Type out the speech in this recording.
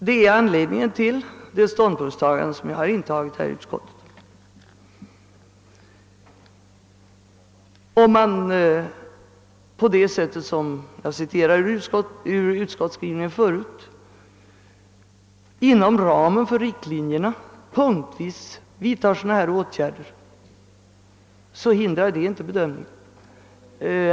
Det är anledningen till den ståndpunkt jag har intagit i utskottet. Om man, på det sätt som jag citerade ur utskottsskrivningen förut, inom ramen för riktlinjerna punktvis vidtar åtgärder hindrar det inte bedömningen.